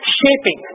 shaping